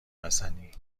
حسنی